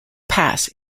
pass